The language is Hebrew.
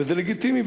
וזה לגיטימי,